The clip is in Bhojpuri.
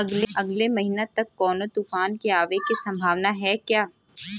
अगले महीना तक कौनो तूफान के आवे के संभावाना है क्या?